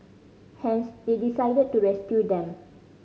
hence they decided to rescue them